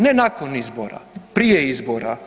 Ne nakon izbora, prije izbora.